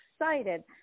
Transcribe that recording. excited